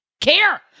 care